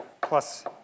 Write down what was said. plus